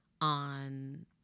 on